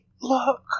look